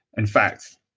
in fact,